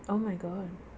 oh my god